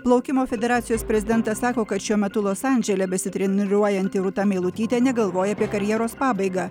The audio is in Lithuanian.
plaukimo federacijos prezidentas sako kad šiuo metu los andžele besitreniruojanti rūta meilutytė negalvoja apie karjeros pabaigą